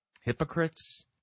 hypocrites